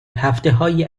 هفتههای